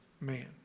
man